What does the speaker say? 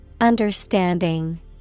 Understanding